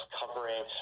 covering